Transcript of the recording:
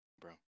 bro